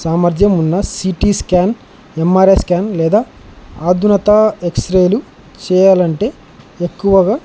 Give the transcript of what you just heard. సామర్థ్యం ఉన్న CT scan MRI scan లేదా ఆధునాతన ఎక్సరేలు చేయాలంటే ఎక్కువగా